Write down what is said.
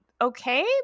okay